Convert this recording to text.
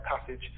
passage